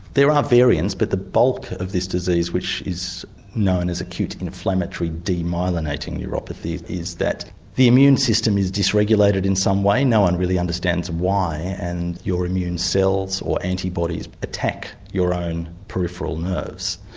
there are variants but the bulk of this disease which is known as acute inflammatory demyelinating neuropathy is that the immune system is deregulated in some way, no one really understands understands why, and your immune cells or antibodies attack your own peripheral nerves.